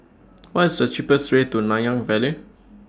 What IS The cheapest Way to Nanyang Valley